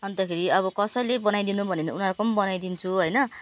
अन्तखेरि अब कसैले बनाइदिनु भन्यो भने उनीहरूको पनि बनाइदिन्छु होइन अब